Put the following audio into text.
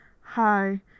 hi